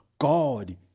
God